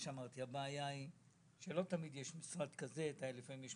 הבעיה היא שלא תמיד יש משרד כמוכם.